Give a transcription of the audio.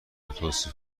توصیف